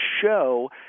show